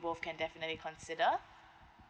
both can definitely consider